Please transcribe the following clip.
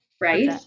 Right